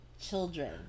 children